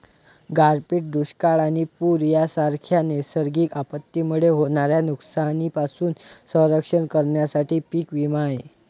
गारपीट, दुष्काळ आणि पूर यांसारख्या नैसर्गिक आपत्तींमुळे होणाऱ्या नुकसानीपासून संरक्षण करण्यासाठी पीक विमा आहे